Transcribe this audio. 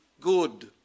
good